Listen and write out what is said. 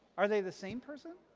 are they the same person?